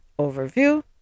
Overview